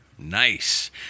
nice